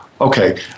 Okay